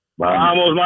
Vamos